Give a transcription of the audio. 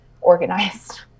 organized